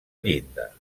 llinda